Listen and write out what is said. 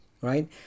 right